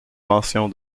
mention